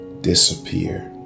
disappear